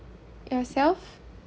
yourself